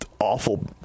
awful